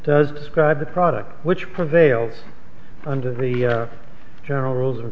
does describe the product which prevails under the general rules